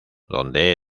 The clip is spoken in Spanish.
donde